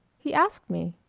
he asked me.